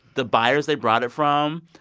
the buyers they brought it from,